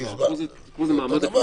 פה זה מעמד אחר.